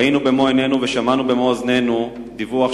ראינו במו עינינו ושמענו במו אוזנינו דיווח